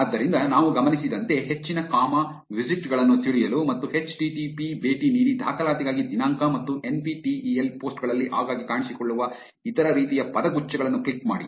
ಆದ್ದರಿಂದ ನಾವು ಗಮನಿಸಿದಂತೆ ಹೆಚ್ಚಿನ ಕಾಮಾ ವಿಸಿಟ್ ಗಳನ್ನು ತಿಳಿಯಲು ಮತ್ತು ಎಚ್ ಟಿ ಟಿ ಪಿ ಭೇಟಿ ನೀಡಿ ದಾಖಲಾತಿಗಾಗಿ ದಿನಾಂಕ ಮತ್ತು N P T E L post ಗಳಲ್ಲಿ ಆಗಾಗ್ಗೆ ಕಾಣಿಸಿಕೊಳ್ಳುವ ಇತರ ರೀತಿಯ ಪದಗುಚ್ಛಗಳನ್ನು ಕ್ಲಿಕ್ ಮಾಡಿ